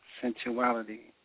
sensuality